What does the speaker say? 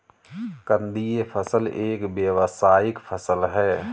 कंदीय फसल एक व्यावसायिक फसल है